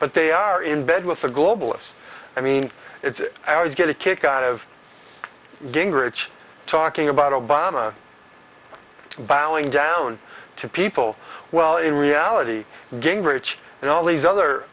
but they are in bed with the globalist i mean it's always get a kick out of gingrich talking about obama bowing down to people well in reality gingrich and all these other